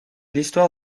l’histoire